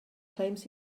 claims